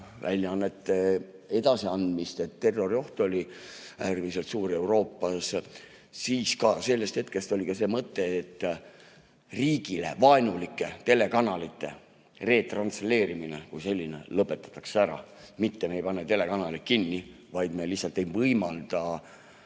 väljaannete levitamine, sest terrorioht oli Euroopas äärmiselt suur. Sellest hetkest oli ka see mõte, et riigile vaenulike telekanalite retransleerimine kui selline lõpetatakse ära. Mitte me ei pane telekanaleid kinni, vaid me lihtsalt ei võimalda